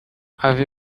have